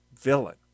villain